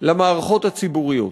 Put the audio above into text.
למערכות הציבוריות.